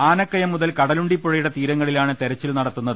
ആനക്കയം മുതൽ കടലുണ്ടിപ്പുഴയുടെ തീര ങ്ങളിലാണ് തെരച്ചിൽ നടത്തുന്നത്